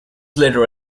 later